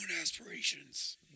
aspirations